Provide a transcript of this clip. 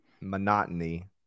monotony